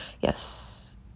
Yes